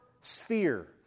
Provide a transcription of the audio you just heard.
sphere